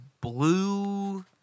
blue